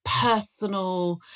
personal